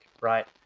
right